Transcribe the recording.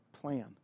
plan